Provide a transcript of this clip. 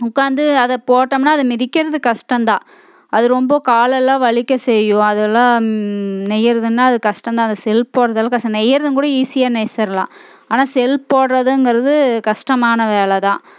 உட்காந்த்து அதை போட்டோம்னா அதை மிதிக்கிறது கஷ்டம்தான் அது ரொம்ப காலெல்லாம் வலிக்க செய்யும் அதெலாம் நெய்கிறதுன்னா கஷ்டந்தான் அந்த செல்ப் போடுறதுலாம் செய்றதுங்கூட ஈசி நெஸ்த்திடலாம் ஆனால் செல்ப் போடுறதுங்குறது கஷ்டமான வேலை தான்